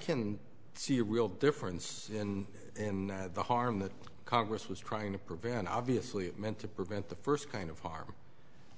can see a real difference in the harm that congress was trying to prevent obviously meant to prevent the first kind of harm